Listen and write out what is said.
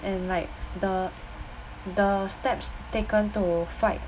and like the the steps taken to fight